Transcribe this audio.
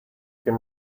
can